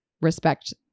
respect